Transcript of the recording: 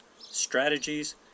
strategies